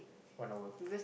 one hour